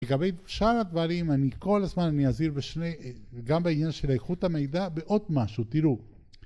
לגבי שאר הדברים אני כל הזמן אני אזהיר בשני, גם בעניין של איכות המידע ועוד משהו תראו